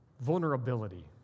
vulnerability